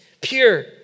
pure